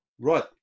Right